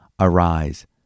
Arise